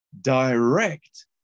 direct